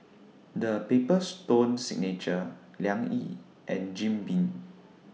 The Paper Stone Signature Liang Yi and Jim Beam